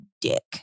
dick